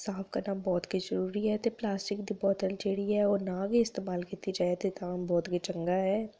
साफ करना बहुत गै जरूरी ऐ ते प्लास्टिक दी बोतल जेह्ड़ी ऐ ओह् ना गै इस्तेमाल कीती जा ओह् बहुत गै चंगा ऐ